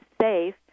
safe